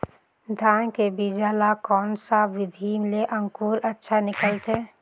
धान के बीजा ला कोन सा विधि ले अंकुर अच्छा निकलथे?